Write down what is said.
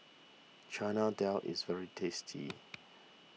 Chana Dal is very tasty